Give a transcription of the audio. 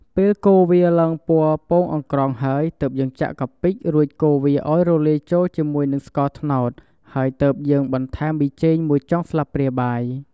ពេលកូរវាឡើងពណ៌ពងអង្ក្រងហើយ ទើបយើងចាក់កាពិរួចកូរវាឱ្យរលាយចូលជាមួយនិងស្ករត្នោត ហើយទើបយើងបន្ថែមប៊ីចេងមួយចុងស្លាបព្រាបាយ។